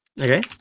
Okay